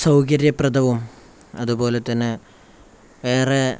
സൗകര്യപ്രദവും അതുപോലെ തന്നെ വേറെ